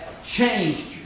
Changed